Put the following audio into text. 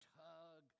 tug